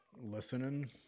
listening